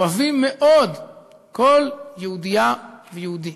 אוהבים מאוד כל יהודייה ויהודי.